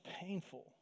painful